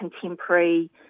contemporary